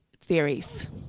theories